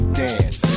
dance